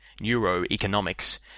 neuroeconomics